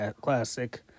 classic